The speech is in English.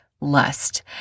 Lust